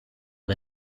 the